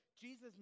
Jesus